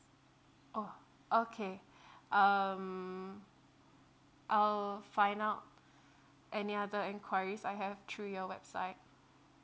oh okay um I'll find out any other enquiries I have through your website